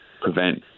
prevent